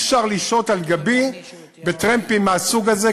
אי-אפשר לשהות על גבי בטרמפים מהסוג הזה,